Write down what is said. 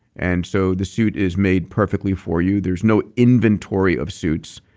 and so the suit is made perfectly for you. there's no inventory of suits.